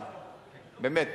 באמת,